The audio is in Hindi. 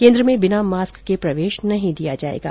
केंद्र में बिना मास्क के प्रवेश नहीं दिया जाएगा